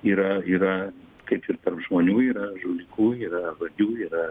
yra yra kaip ir tarp žmonių yra žulikų yra vagių yra